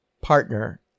partner